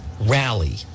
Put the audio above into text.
rally